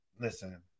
listen